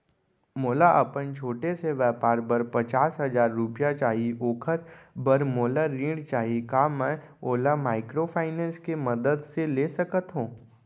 मोला अपन छोटे से व्यापार बर पचास हजार रुपिया चाही ओखर बर मोला ऋण चाही का मैं ओला माइक्रोफाइनेंस के मदद से ले सकत हो?